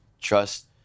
Trust